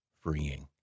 freeing